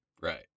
Right